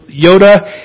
Yoda